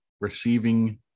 receiving